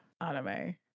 anime